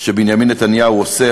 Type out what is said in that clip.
שבנימין נתניהו עושה,